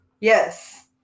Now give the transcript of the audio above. Yes